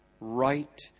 right